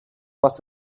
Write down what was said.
was